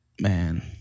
man